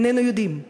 איננו יודעים,